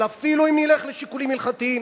אבל אפילו אם נלך לשיקולים הלכתיים,